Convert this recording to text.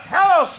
Hello